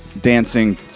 dancing